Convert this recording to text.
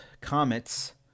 Comets